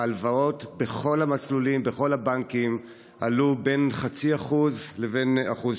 ההלוואות בכל המסלולים בכל הבנקים עלו בין 0.5% לבין 1%,